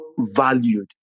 valued